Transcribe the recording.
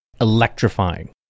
Electrifying